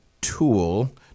tool